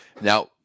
Now